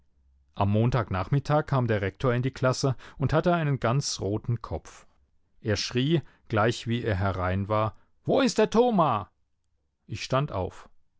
am montagnachmittag kam der rektor in die klasse und hatte einen ganz roten kopf er schrie gleich wie er herein war wo ist der thoma ich stand auf